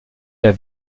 der